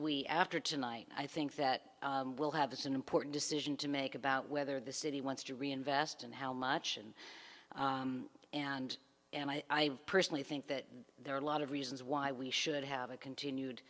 we after tonight i think that we'll have this an important decision to make about whether the city wants to reinvest and how much and and and i personally think that there are a lot of reasons why we should have a continued